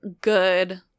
good